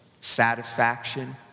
satisfaction